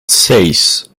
seis